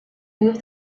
move